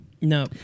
No